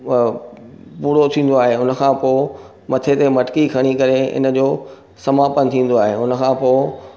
पूरो थींदो आहे उनखां पोइ मथे ते मटकी खणी करे इनजो समापन थींदो आहे उनखां पोइ